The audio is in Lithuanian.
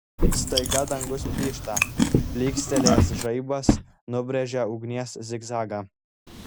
staiga dangus plyšta plykstelėjęs žaibas nubrėžia ugnies zigzagą